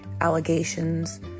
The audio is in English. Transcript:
allegations